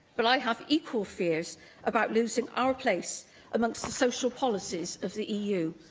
but i have equal fears about losing our place amongst the social policies of the eu,